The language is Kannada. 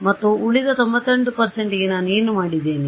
ಮತ್ತು ಉಳಿದ 98 ಗೆ ನಾನು ಏನು ಮಾಡಿದ್ದೇನೆ